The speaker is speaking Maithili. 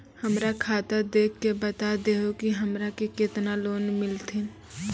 हमरा खाता देख के बता देहु के हमरा के केतना लोन मिलथिन?